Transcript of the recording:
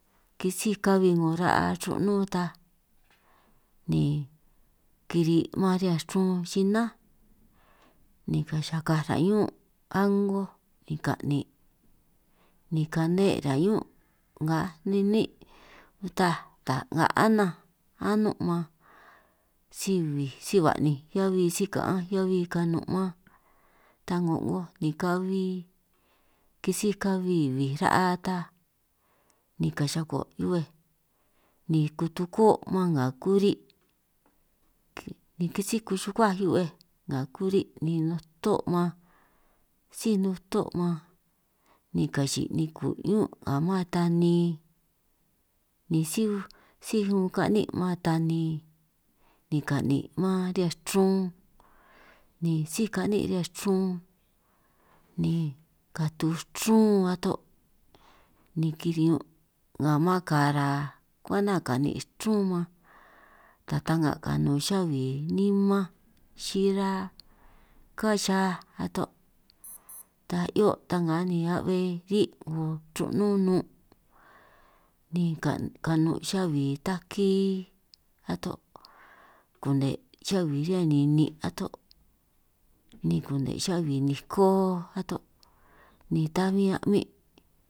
Kisíj 'ngo ra'a ru'nun ta ni kiri' man riñan chrun xinánj ni kacahakaj ra' ñún' a'ngo ni ka'nin', ni kane' ra' ñún' ngaaj ní' uta taj ta'nga ananj anun' man, si bij si ba'ninj hiabi si ka'anj heabi kanun' man, ta ko'ngoj ni kabi kisíj kabi bij ra'a ta ni kachaka hiu'bej ni kutuko' man nnga kuri', ni kisíj kuxukuaj hiubej nga kuri' ni nuto man síj nuto man ni kachi'i ni ku' ñun' nga man tani, ni síj síj ka'nin' man tani ni ka'nin' man riñan chrun, ni síj ka'nin' riñan chrun ni katu chrún ato' ni kiriñun nga man kara kwenta ka'nin' chrun man, taj ta'nga kanun xabi niñun man xira kán xihia ato', ta 'hio' tanga ni a'bbe ri' 'ngo ru'nun nun' ni kanun' xabi taki ato', kune' xabi riñan nini' ato' ni kune' xabi niko ato' ni ta bin a'min'.